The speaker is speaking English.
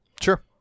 Sure